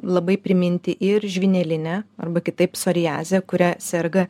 labai priminti ir žvynelinę kitaip sfariazę kuria serga